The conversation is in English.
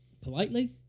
politely